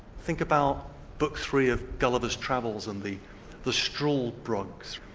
think about book three of gulliver's travels and the the struldbruggs,